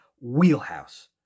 wheelhouse